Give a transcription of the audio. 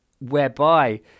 whereby